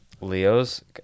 Leo's